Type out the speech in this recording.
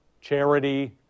charity